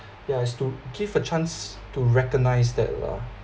yeah it's to give a chance to recognise that lah